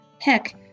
heck